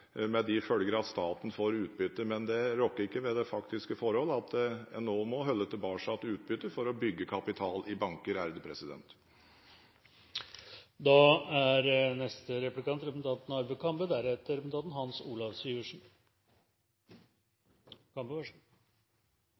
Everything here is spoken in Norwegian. med den følge at staten får utbytte. Men det rokker ikke ved det faktiske forhold at en nå må holde tilbake utbyttet for å bygge kapital i banker.